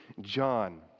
John